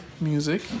music